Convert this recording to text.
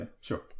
sure